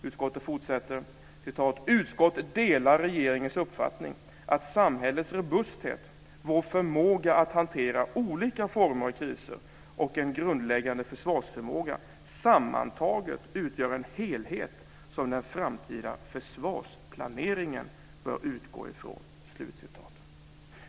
Utskottet fortsätter: "Utskottet delar regeringens uppfattning att samhällets robusthet, vår förmåga att hantera olika former av kriser och en grundläggande försvarsförmåga sammantaget utgör en helhet som den framtida försvarsplaneringen bör utgå ifrån."